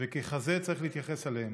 וכך צריך להתייחס אליהם.